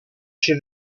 się